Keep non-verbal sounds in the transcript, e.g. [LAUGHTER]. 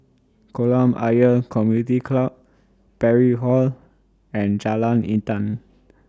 Kolam Ayer Community Club Parry Hall and Jalan Intan [NOISE]